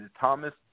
Thomas